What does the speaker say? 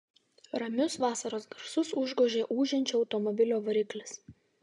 ramius vasaros garsus užgožė ūžiančio automobilio variklis